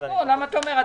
למה אתה אומר?